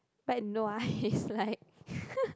but nua is like